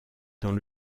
dans